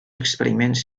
experiments